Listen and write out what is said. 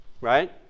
right